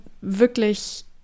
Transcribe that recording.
wirklich